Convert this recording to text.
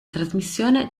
trasmissione